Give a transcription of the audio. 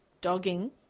Dogging